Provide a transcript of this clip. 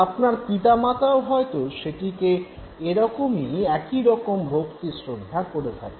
আপনার পিতামাতাও হয়তো সেটিকে একইরকম ভক্তিশ্রদ্ধা করে থাকেন